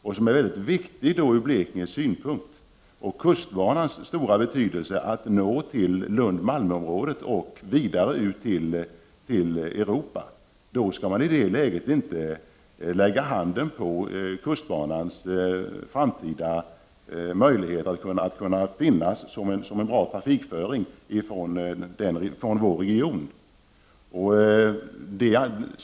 Det är då mycket viktigt från Blekinges synpunkt och av stor betydelse att kustbanan når till Lund-Malmöområdet och vidare ut till Europa. Man skall i det läget inte lägga hand på kustbanans framtida möjligheter att finnas som en bra trafikföring från vår region.